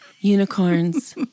unicorns